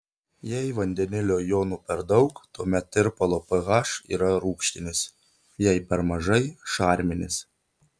jei vandenilio jonų per daug tuomet tirpalo ph yra rūgštinis jei per mažai šarminis